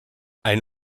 ein